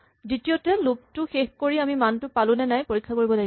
দ্বিতীয়তে লুপটো শেষ কৰি আমি মানটো পালোনে নাই নিৰ্ণয় কৰিব লাগিছিল